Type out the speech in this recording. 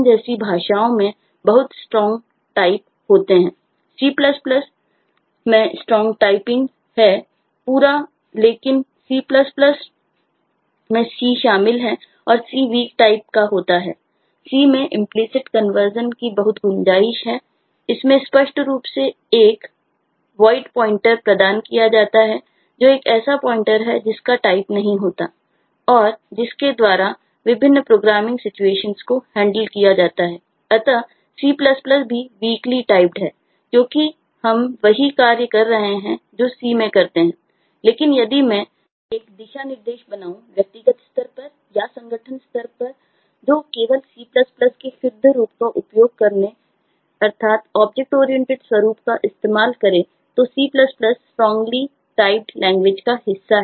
C में implicit conversion का हिस्सा है